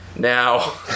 Now